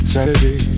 Saturday